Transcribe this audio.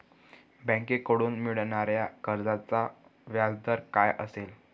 बँकेकडून मिळणाऱ्या कर्जाचा व्याजदर काय असेल?